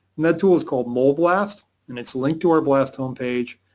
that tool is called mole blast and it's linked to our blast homepage.